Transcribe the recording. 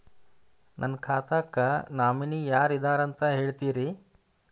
ನನ್ನ ಖಾತಾಕ್ಕ ನಾಮಿನಿ ಯಾರ ಇದಾರಂತ ಹೇಳತಿರಿ?